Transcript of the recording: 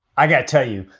i gotta tell you,